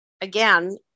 again